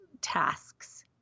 tasks